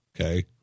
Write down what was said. okay